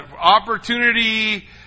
opportunity